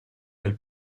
del